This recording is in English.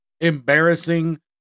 embarrassing